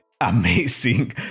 amazing